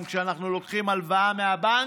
גם כשאנחנו לוקחים הלוואה מהבנק,